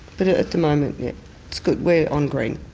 but at at the moment it's good, we're on green.